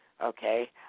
okay